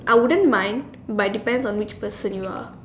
I wouldn't mind but it depends on which person you are